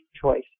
choice